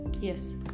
yes